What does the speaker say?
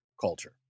culture